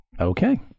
Okay